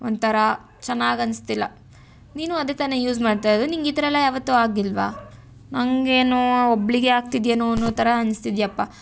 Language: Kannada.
ಒಂಥರ ಚೆನ್ನಾಗಿ ಅನಿಸ್ತಿಲ್ಲ ನೀನು ಅದೇ ತಾನೆ ಯೂಸ್ ಮಾಡ್ತಾಯಿರೋದು ನಿನಗ್ ಈ ಥರ ಎಲ್ಲ ಯಾವತ್ತು ಆಗಿಲ್ವಾ ನನಗೇನೋ ಒಬ್ಬಳಿಗೆ ಆಗ್ತಿದೆಯೇನೋ ಅನ್ನೋ ಥರ ಅನಿಸ್ತಿದ್ಯಪ್ಪ